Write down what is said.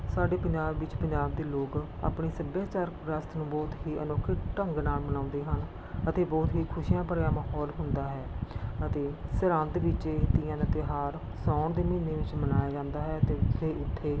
ਸਾਡੇ ਪੰਜਾਬ ਵਿੱਚ ਪੰਜਾਬ ਦੇ ਲੋਕ ਆਪਣੇ ਸੱਭਿਆਚਾਰਕ ਵਿਰਾਸਤ ਨੂੰ ਬਹੁਤ ਹੀ ਅਨੋਖੇ ਢੰਗ ਨਾਲ ਮਨਾਉਂਦੇ ਹਨ ਅਤੇ ਬਹੁਤ ਹੀ ਖੁਸ਼ੀਆਂ ਭਰਿਆ ਮਾਹੌਲ ਹੁੰਦਾ ਹੈ ਅਤੇ ਸਰਹਿੰਦ ਵਿੱਚ ਇਹ ਤੀਆਂ ਦਾ ਤਿਉਹਾਰ ਸਾਉਣ ਦੇ ਮਹੀਨੇ ਵਿੱਚ ਮਨਾਇਆ ਜਾਂਦਾ ਹੈ ਅਤੇ ਇੱਥੇ ਉੱਥੇ